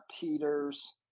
Peters